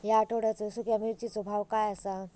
या आठवड्याचो सुख्या मिर्चीचो भाव काय आसा?